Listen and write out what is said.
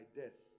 death